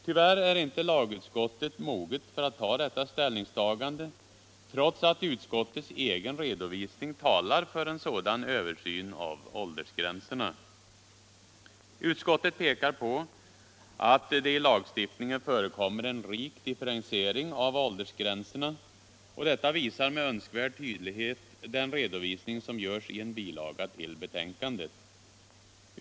Tyvärr är inte lagutskottet moget för att ta detta ställningstagande — trots att utskottets egen redovisning talar för en sådan översyn av åldersgränserna. Utskottet pekar på att det i lagstiftningen förekommer en rik differentiering av åldersgränserna. Detta belyser den redovisning som görs i en bilaga till betänkandet med önskvärd tydlighet.